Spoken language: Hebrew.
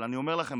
אבל אני אומר לכם,